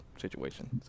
situation